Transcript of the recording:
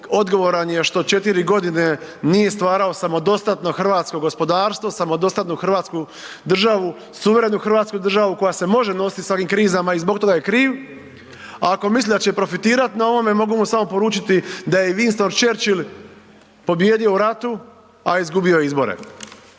odgovoran je što 4 godine nije stvarao samodostatno hrvatsko gospodarstvo, samodostatnu hrvatsku državu, suverenu hrvatsku državu koja se može nositi s ovim krizama i zbog toga je kriv. A ako misli da će profitiran na ovome mogu mu samo poručiti da je Winston Churchill pobijedio u ratu, a izgubio izbore.